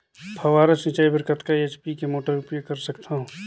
फव्वारा सिंचाई बर कतका एच.पी के मोटर उपयोग कर सकथव?